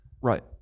Right